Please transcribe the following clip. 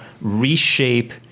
reshape